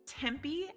Tempe